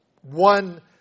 One